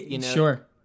Sure